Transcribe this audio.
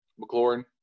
McLaurin